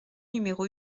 numéro